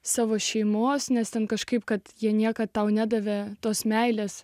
savo šeimos nes ten kažkaip kad jie niekad tau nedavė tos meilės